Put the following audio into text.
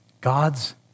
God's